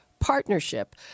partnership